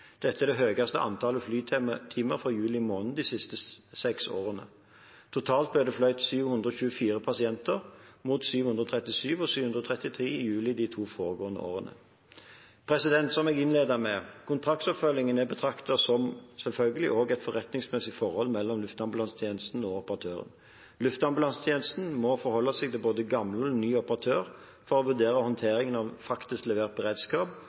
er det høyeste antallet flytimer for juli måned de siste seks årene. Totalt ble det fløyet 724 pasienter, mot 737 og 733 i juli de to foregående årene. Kontraktsoppfølging er selvfølgelig også å betrakte som et forretningsmessig forhold mellom Luftambulansetjenesten og operatørene. Luftambulansetjenesten må forholde seg til både gammel og ny operatør for å vurdere håndteringen av faktisk levert beredskap